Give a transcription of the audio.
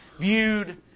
viewed